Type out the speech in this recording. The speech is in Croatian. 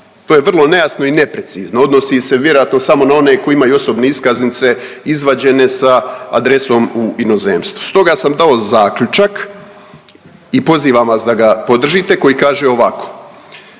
to je vrlo nejasno i neprecizno, odnosi se vjerojatno samo na one koji imaju osobne iskaznice izvađene sa adresom u inozemstvu. Stoga sam dao zaključak i pozivam vas da ga podržite koji kaže ovako.